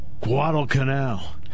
Guadalcanal